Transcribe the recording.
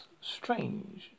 strange